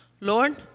Lord